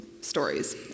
stories